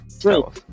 True